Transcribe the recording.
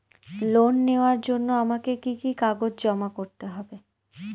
Loan নেওয়ার জন্য আমাকে কি কি কাগজ জমা করতে হবে?